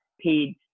paid